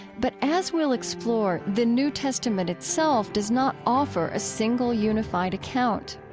but as we'll explore, the new testament itself does not offer a single, unified account.